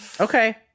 okay